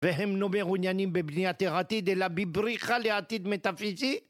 והם לא מעוניינים בבניית העתיד, אלא בבריחה לעתיד מטאפיזי?